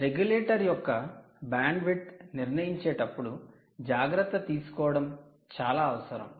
regulator యొక్క bandwidth నిర్ణయించేటప్పుడు జాగ్రత్త తీసుకోవడం చాలా అవసరం